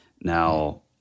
Now